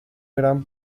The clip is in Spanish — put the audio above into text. gran